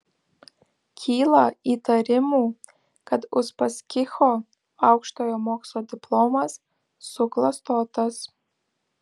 kyla įtarimų kad uspaskicho aukštojo mokslo diplomas suklastotas